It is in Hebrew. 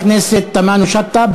חברת הכנסת תמנו-שטה,